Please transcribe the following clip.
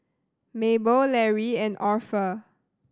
Mabel Larry and Orpha